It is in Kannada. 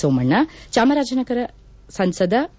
ಸೋಮಣ್ಣ ಚಾಮರಾಜನಗರ ಸಂಸದ ವಿ